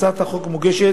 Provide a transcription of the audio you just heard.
הצעת החוק מוגשת